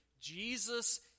Jesus